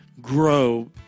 grow